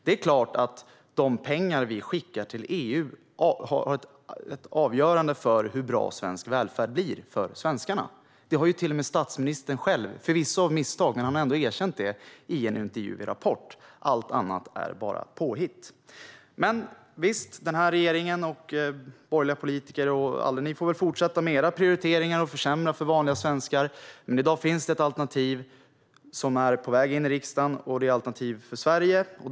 Det är klart att de pengar vi skickar till EU är avgörande för hur bra svensk välfärd blir för svenskarna. Det har statsministern själv erkänt, förvisso av misstag, i en intervju i Rapport . Allt annat är påhitt. Denna regering, borgerliga politiker och ni andra får väl fortsätta med era prioriteringar och försämra för vanliga svenskar. I dag finns det ett alternativ som är på väg in i riksdagen, Alternativ för Sverige.